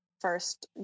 first